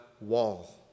wall